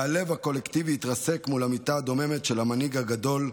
והלב הקולקטיבי התרסק מול המיטה הדוממת של המנהיג הגדול,